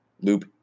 Loop